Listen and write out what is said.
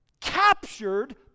captured